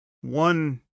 one